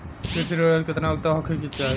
कृषि ऋण हेतू केतना योग्यता होखे के चाहीं?